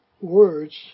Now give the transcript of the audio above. words